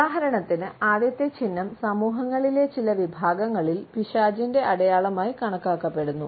ഉദാഹരണത്തിന് ആദ്യത്തെ ചിഹ്നം സമൂഹങ്ങളിലെ ചില വിഭാഗങ്ങളിൽ പിശാചിന്റെ അടയാളമായി കണക്കാക്കപ്പെടുന്നു